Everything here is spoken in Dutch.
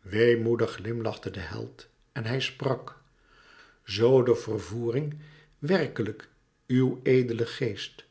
weemoedig glimlachte de held en hij sprak zoo de vervoering werkelijk uw edelen geest